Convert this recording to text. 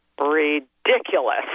Ridiculous